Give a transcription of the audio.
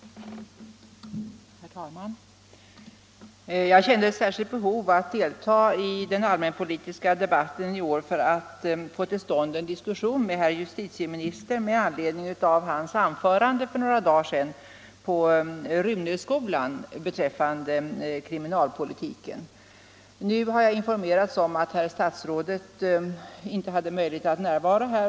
Herr talman! Jag känner ett särskilt behov att delta i den allmänpolitiska debatten i år för att få en diskussion med herr justitieministern med anledning av hans anförande för några dagar sedan på Runöskolan beträffande kriminalpolitiken. Nu har jag informerats om att herr statsrådet inte har möjlighet att närvara här.